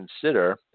consider